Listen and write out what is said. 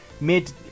mid